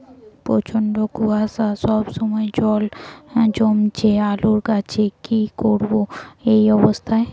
প্রচন্ড কুয়াশা সবসময় জল জমছে আলুর গাছে কি করব এই অবস্থায়?